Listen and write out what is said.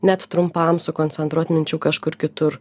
net trumpam sukoncentruot minčių kažkur kitur